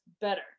better